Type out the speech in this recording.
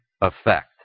effect